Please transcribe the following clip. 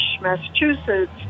Massachusetts